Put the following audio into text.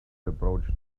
approached